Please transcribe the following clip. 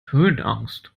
höhenangst